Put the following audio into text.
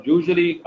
Usually